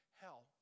hell